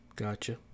gotcha